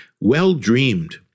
well-dreamed